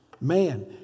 Man